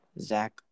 Zach